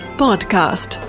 podcast